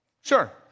sure